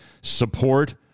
support